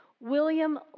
William